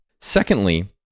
Secondly